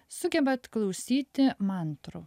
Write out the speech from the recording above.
sugebat klausyti mantrų